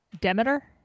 Demeter